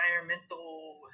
environmental